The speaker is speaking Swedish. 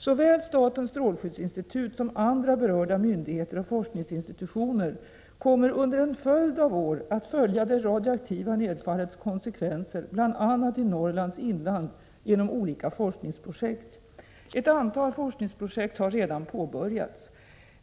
Såväl statens strålskyddsinstitut som andra berörda myndigheter och forskningsinstitutioner kommer under en följd av år att följa det radioaktiva nedfallets konsekvenser bl.a. i Norrlands inland genom olika forskningsprojekt. Ett antal forskningsprojekt har redan påbörjats.